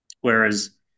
Whereas